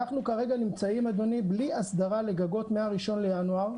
אנחנו כרגע נמצאים בלי אסדרה לגגות מ-1 בינואר.